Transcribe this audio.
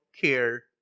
care